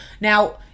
now